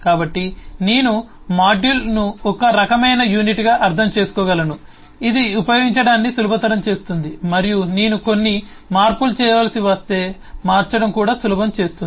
కాబట్టి నేను మాడ్యూల్ను ఒక రకమైన యూనిట్గా అర్థం చేసుకోగలను ఇది ఉపయోగించడాన్ని సులభతరం చేస్తుంది మరియు నేను కొన్ని మార్పులు చేయవలసి వస్తే మార్చడం కూడా సులభం చేస్తుంది